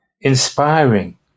inspiring